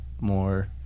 more